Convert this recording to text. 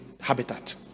habitat